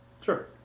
Sure